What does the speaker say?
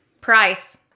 Price